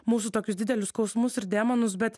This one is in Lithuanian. mūsų tokius didelius skausmus ir demonus bet